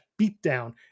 beatdown